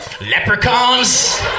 Leprechauns